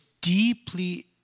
deeply